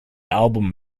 album